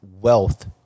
wealth